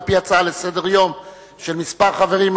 על-פי הצעה לסדר-יום של כמה חברים,